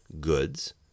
goods